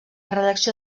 redacció